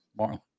Marlon